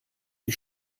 die